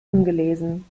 ungelesen